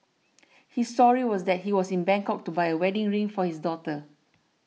his story was that he was in Bangkok to buy a wedding ring for his daughter